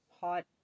hot